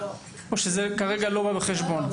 או שזה כרגע לא בא בחשבון?